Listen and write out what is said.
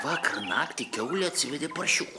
vakar naktį kiaulė atsivedė paršiukų